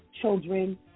children